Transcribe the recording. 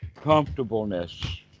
Comfortableness